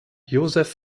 joseph